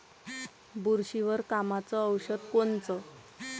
बुरशीवर कामाचं औषध कोनचं?